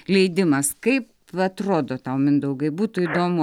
leidimas kaip atrodo tau mindaugai būtų įdomu